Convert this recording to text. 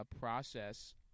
process